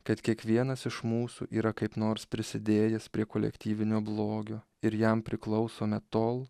kad kiekvienas iš mūsų yra kaip nors prisidėjęs prie kolektyvinio blogio ir jam priklausome tol